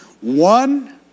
one